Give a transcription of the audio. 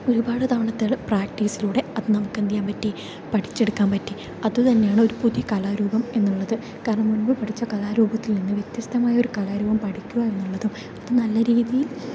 ഒരുപാട് തവണത്തെ പ്രാക്ടീസിലൂടെ അത് നമുക്കെന്തു ചെയ്യാൻ പറ്റി പഠിച്ചെടുക്കാൻ പറ്റി അത് തന്നെയാണ് ഒരു പുതിയ കലാരൂപം എന്നുള്ളത് കാരണം മുൻപ് പഠിച്ച കലാരൂപത്തിൽ നിന്ന് വ്യത്യസ്തമായൊരു കലാരൂപം പഠിക്കുക എന്നുള്ളതും അത് നല്ല രീതിയിൽ